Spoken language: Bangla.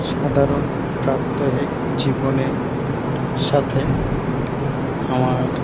সাধারণ প্রাত্যহিক জীবনের সাথে আমার